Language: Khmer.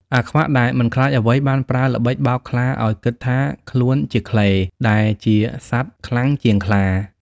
អាខ្វាក់ ដែលមិនខ្លាចអ្វីបានប្រើល្បិចបោកខ្លាឱ្យគិតថាខ្លួនជា ឃ្លេ ដែលជាសត្វខ្លាំងជាងខ្លា ។